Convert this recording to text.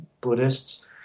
Buddhists